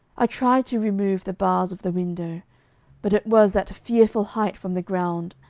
i tried to remove the bars of the window but it was at a fearful height from the ground,